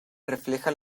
refleja